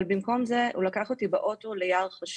אבל במקום זה הוא לקח אותי באוטו ליער חשוך,